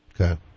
Okay